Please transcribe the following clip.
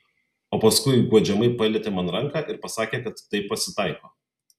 o paskui guodžiamai palietė man ranką ir pasakė kad taip pasitaiko